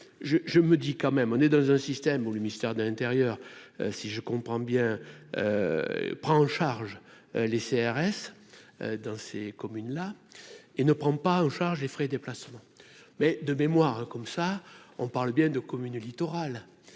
je me dis quand même, on est dans un système où le ministère de l'Intérieur, si je comprends bien, prend en charge les CRS dans ces communes-là et ne prend pas en charge les frais déplacements mais, de mémoire, comme ça, on parle bien de communes littorales,